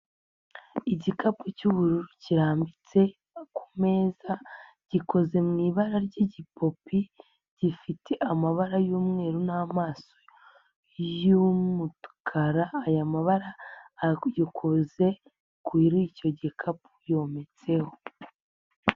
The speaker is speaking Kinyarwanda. Igikapu cy'ubururu kirambitse ku meza, gikoze mu ibara ry'igipupe, gifite amabara y'umweru n'amaso y'umukara, aya mabara akoze kuri icyo gikapu yometseho.